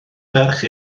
ferch